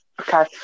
okay